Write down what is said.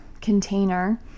container